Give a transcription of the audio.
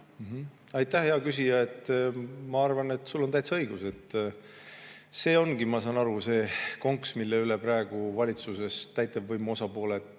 Aitäh, hea küsija! Ma arvan, et sul on täitsa õigus. See ongi, ma saan aru, see konks, mille üle praegu valitsuses täitevvõimu osapooled